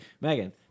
Megan